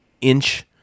inch